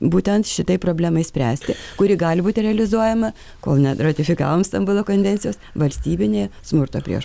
būtent šitai problemai spręsti kuri gali būti realizuojama kol neratifikavom stambulo konvencijos valstybinė smurto prieš